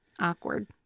Awkward